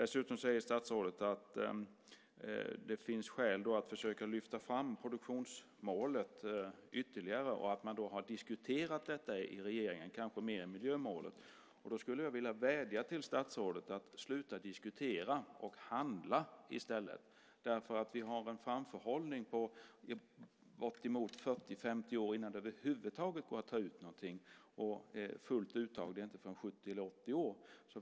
Statsrådet säger att det finns skäl att försöka lyfta fram produktionsmålet ytterligare och att det har diskuterats mer i regeringen än miljömålet. Då vill jag vädja till statsrådet att sluta diskutera och handla i stället. Det finns en framförhållning på 40-50 år innan det över huvud taget går att ta ut något. Fullt uttag blir det inte förrän om 70-80 år.